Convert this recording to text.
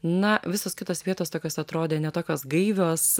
na visos kitos vietos tokios atrodė ne tokios gaivios